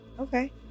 Okay